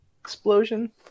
Explosion